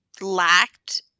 lacked